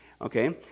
okay